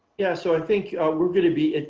yeah so i think we're good, be